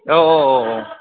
औ औ औ औ